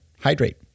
hydrate